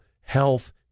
health